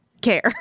care